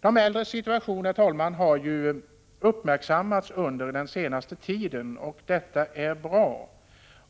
De äldres situation, herr talman, har ju uppmärksammats under den senaste tiden, och detta är bra.